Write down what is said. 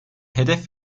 hedef